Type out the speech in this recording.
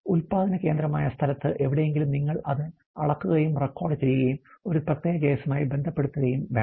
ഉൽപാദന കേന്ദ്രമായ സ്ഥലത്ത് എവിടെയെങ്കിലും നിങ്ങൾ അത് അളക്കുകയും റെക്കോർഡുചെയ്യുകയും ഒരു പ്രത്യേക കേസുമായി ബന്ധപ്പെടുകയും വേണം